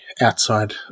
outside